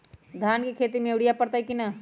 धान के खेती में यूरिया परतइ कि न?